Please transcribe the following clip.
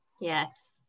Yes